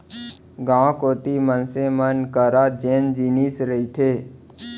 गाँव कोती मनसे मन करा जेन जिनिस रहिथे